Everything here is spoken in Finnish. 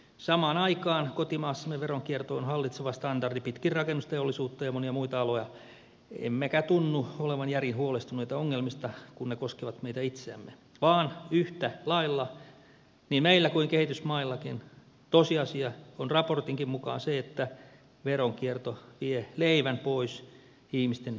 samaan aikaan kotimaassamme veronkierto on hallitseva standardi pitkin rakennusteollisuutta ja monia muita aloja emmekä tunnu olevan järin huolestuneita ongelmista kun ne koskevat meitä itseämme vaan yhtä lailla niin meillä kuin kehitysmaillakin tosiasia on raportinkin mukaan se että veronkierto vie leivän pois ihmisten nenän edestä